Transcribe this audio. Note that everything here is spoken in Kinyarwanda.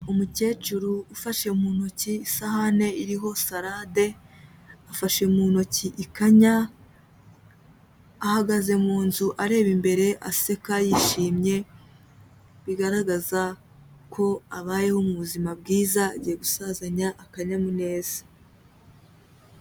Umukecuru ufashe mu ntoki isahani iriho salade, afashe mu ntoki ikanya, ahagaze mu nzu areba imbere aseka yishimye, bigaragaza ko abayeho mu buzima bwiza, agiye gusazanya akanyamuneza.